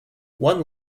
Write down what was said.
one